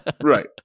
Right